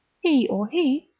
he or he,